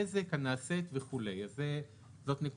זה בשונה מהאופן שבו החוק מנוסח היום,